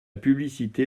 publicité